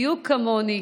בדיוק כמוני,